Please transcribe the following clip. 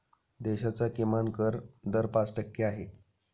देशाचा किमान कर दर पाच टक्के आहे